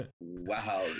wow